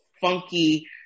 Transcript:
funky